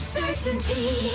certainty